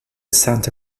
santa